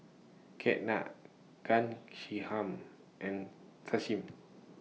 Ketna and Sachin